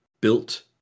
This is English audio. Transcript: built